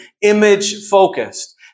image-focused